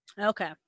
Okay